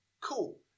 cool